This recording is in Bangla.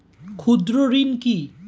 ক্ষুদ্র ঋণ কি?